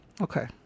Okay